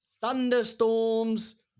thunderstorms